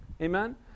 Amen